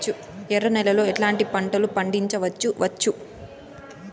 ఎర్ర నేలలో ఎట్లాంటి పంట లు పండించవచ్చు వచ్చు?